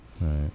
right